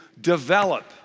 develop